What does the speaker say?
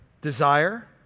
Desire